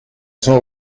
son